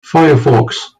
firefox